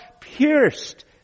pierced